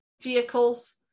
vehicles